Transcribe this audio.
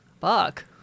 Fuck